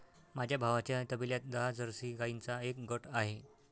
माझ्या भावाच्या तबेल्यात दहा जर्सी गाईंचा एक गट आहे